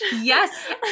yes